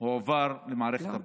הועבר למערכת הבריאות.